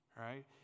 right